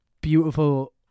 beautiful